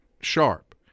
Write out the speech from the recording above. sharp